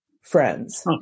friends